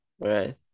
Right